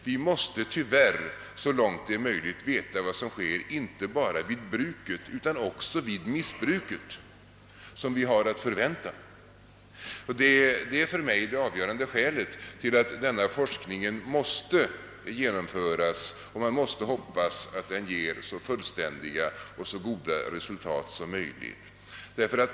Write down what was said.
Vi måste tyvärr så långt det är möjligt veta vad som sker inte bara wid bruket, utan också wid det missbruk som wi har att förvänta. Det är för mig det avgörande skälet till att denna forskning måste genomföras, och man får hoppas att den ger så fullständiga och goda resultat som möjligt.